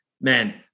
man